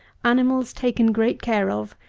animals taken great care of,